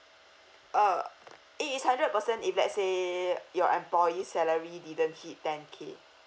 uh it is hundred percent if let's say your employee salary didn't hit ten k